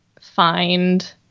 find